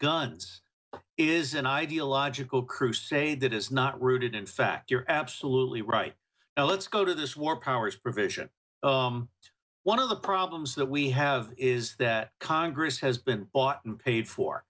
guns is an ideological crusade that is not rooted in fact you're absolutely right now let's go to this war powers provision one of the problems that we have is that congress has been bought and paid for